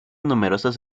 numerosas